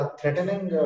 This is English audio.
threatening